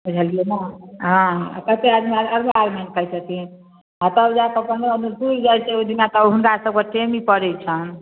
बुझलिए ने हँ कतेक आदमी अरवा अरवाइन खाइ छथिन आओर तब जाकऽ पनरह दिन पुरि जाइ छै ओहिदिना हुनकासबके टेमी पड़ै छनि